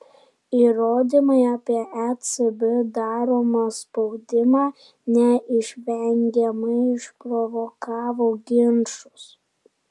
įrodymai apie ecb daromą spaudimą neišvengiamai išprovokavo ginčus